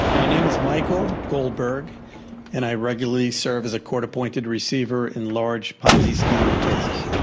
ah my name is michael goldberg and i regularly serve as a court appointed receiver in large ponzi scheme cases.